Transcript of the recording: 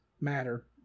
matter